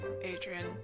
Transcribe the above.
Adrian